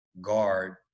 guard